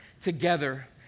together